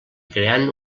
creant